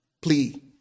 plea